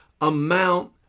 amount